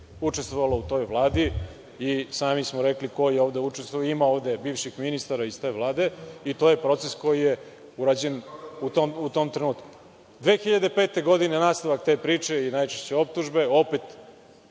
učestvovala u toj vladi i sami smo rekli ko je ovde učestvovao. Ima ovde bivših ministara iz te vlade, i to je proces koji je urađen u tom trenutku. Godine 2005. nastavak te priče i najčešće optužbe, opet